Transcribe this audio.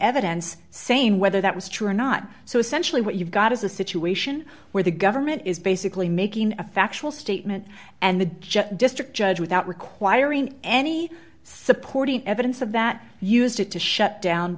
evidence same whether that was true or not so essentially what you've got is a situation where the government is basically making a factual statement and the jet district judge without requiring any supporting evidence of that used it to shut down